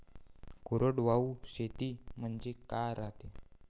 कोरडवाहू शेती म्हनजे का रायते?